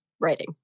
writing